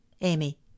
Amy